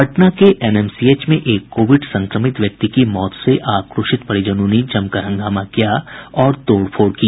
पटना के एनएमसीएच में एक कोविड संक्रमित व्यक्ति की मौत से आक्रोशित परिजनों ने जमकर हंगामा किया और तोड़फोड़ की